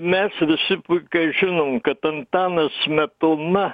mes visi puikiai žinom kad antanas smetona